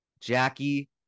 Jackie